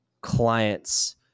clients